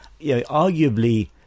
Arguably